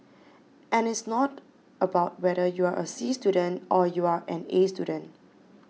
and it's not about whether you are a C student or you're an A student